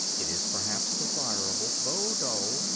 it is perhaps desirable, though dull,